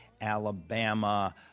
Alabama